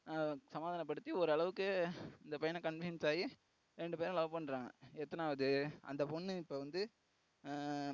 சமாதானப்படுத்தி ஒரு அளவுக்கு இந்தப்பையனை கன்வன்ஸ் ஆயி ரெண்டு பேரும் இப்போ லவ் பண்ணுறங்க எத்தனாவது அந்த பொண்ணு இப்போ வந்து